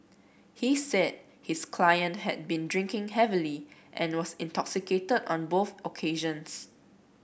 he said his client had been drinking heavily and was intoxicated on both occasions